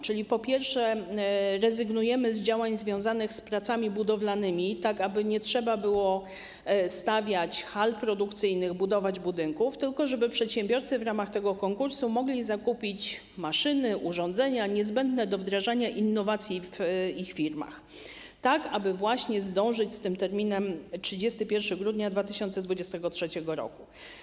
Czyli, po pierwsze, rezygnujemy z działań związanych z pracami budowlanymi, tak aby nie trzeba było stawiać hal produkcyjnych, budować budynków, tylko żeby przedsiębiorcy w ramach tego konkursu mogli zakupić maszyny, urządzenia niezbędne do wdrażania innowacji w swoich firmach, tak aby właśnie zdążyć z tym terminem do 31 grudnia 2023 r.